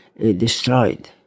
destroyed